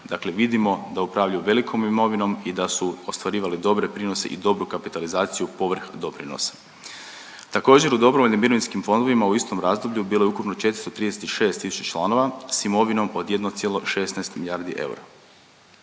Dakle vidimo da upravljaju velikom imovinom i da su ostvarivali dobre prinose i dobru kapitalizaciju povrh doprinosa. Također u dobrovoljnim mirovinskim fondovima u istom razdoblju bilo je ukupno 436 tisuća članova s imovinom od 1,16 milijardi eura.